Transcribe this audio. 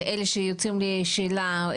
אלה שיוצאים לשאלה,